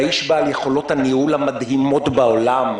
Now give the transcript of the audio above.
והאיש בעל יכולות הניהול המדהימות בעולם,